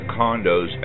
condos